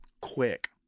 quick